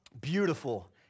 Beautiful